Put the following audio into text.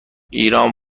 ایران